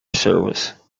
service